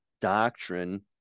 doctrine